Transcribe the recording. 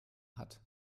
hat